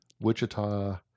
Wichita